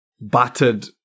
battered